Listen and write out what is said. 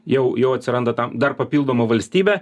jau jau atsiranda tam dar papildoma valstybė